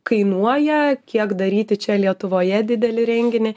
kainuoja kiek daryti čia lietuvoje didelį renginį